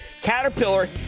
Caterpillar